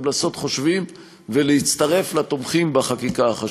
לעשות חושבים ולהצטרף לתומכים בחקיקה החשובה הזאת.